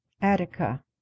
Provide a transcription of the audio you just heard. Attica